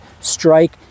strike